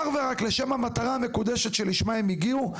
אך ורק לשם המטרה המקודשת שלשמה הם הגיעו,